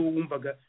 umbaga